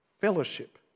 fellowship